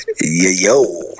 yo